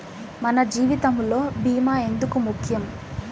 మన జీవితములో భీమా ఎందుకు ముఖ్యం?